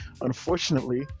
unfortunately